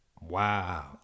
Wow